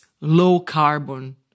low-carbon